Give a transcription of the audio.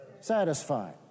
satisfied